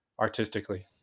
artistically